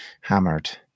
hammered